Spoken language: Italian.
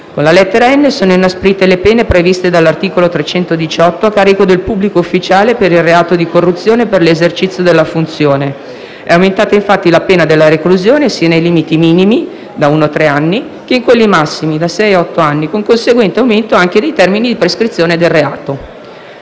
Con la lettera *n)* sono inasprite le pene previste dall'articolo 318 del codice penale a carico del pubblico ufficiale per il reato di corruzione per l'esercizio della funzione: è aumentata infatti la pena della reclusione sia nei limiti minimi (da uno a tre anni) che in quelli massimi (da sei a otto anni), con conseguente aumento anche dei termini di prescrizione del reato.